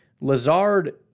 Lazard